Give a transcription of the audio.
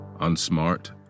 unsmart